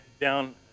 down